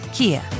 Kia